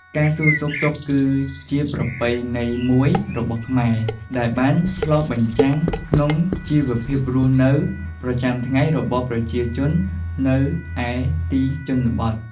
ការសួរសុខទុក្ខគឺ ជាប្រពៃណីមួយរបស់ខ្មែរ ដែលបានឆ្លុះបញ្ចាំងក្នុងជីវភាពរស់នៅប្រចាំថ្ងៃរបស់ប្រជាជននៅឯទីជនបទ។